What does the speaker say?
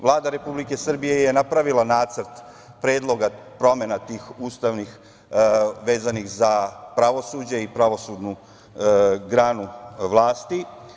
Vlada Republike Srbije je napravila nacrt predloga ustavnih promena vezanih za pravosuđe i pravosudnu granu vlasti.